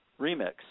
remix